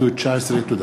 תודה.